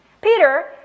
Peter